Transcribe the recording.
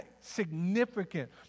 significant